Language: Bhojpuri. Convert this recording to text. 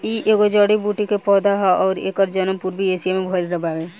इ एगो जड़ी बूटी के पौधा हा अउरी एकर जनम पूर्वी एशिया में भयल बावे